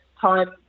time